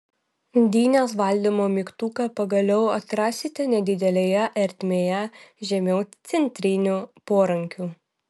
dynės valdymo mygtuką pagaliau atrasite nedidelėje ertmėje žemiau centrinių porankių